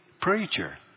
Preacher